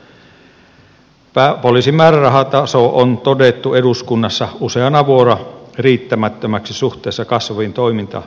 poliisin määrärahataso on todettu eduskunnassa useana vuonna riittämättömäksi suhteessa kasvaviin toimintamenoihin